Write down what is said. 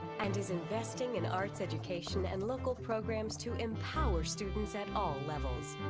and is investing in arts education and local programs to empower students at all levels.